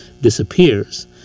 disappears